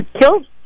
killed